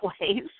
ways